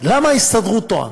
למה ההסתדרות טועה?